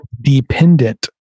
dependent